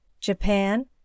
Japan